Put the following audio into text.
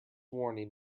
warning